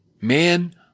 man